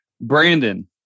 brandon